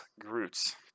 Groots